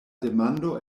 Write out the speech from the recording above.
demando